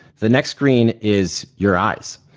the next screen is your eyes.